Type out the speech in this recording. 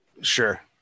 Sure